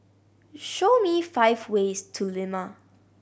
show me five ways to Lima